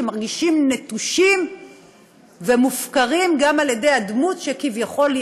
שמרגישים נטושים ומופקרים גם על ידי הדמות שכביכול היא